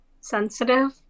sensitive